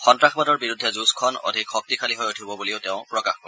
সন্তাসবাদৰ বিৰুদ্ধে য়ূজখন অধিক শক্তিশালী হৈ উঠিব বলিও তেওঁ প্ৰকাশ কৰে